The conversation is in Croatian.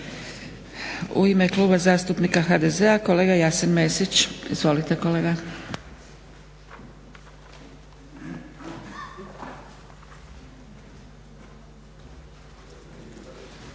U ime Kluba zastupnika HDZ-a, kolega Jasen Mesić. Izvolite kolega.